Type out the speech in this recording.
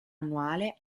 annuale